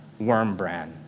Wormbrand